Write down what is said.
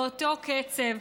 באותו קצב,